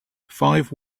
five